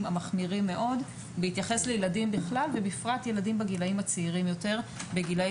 המחמירים מאוד בהתייחס לילדים בכלל וילדים בגילאים הצעירים יותר בפרט,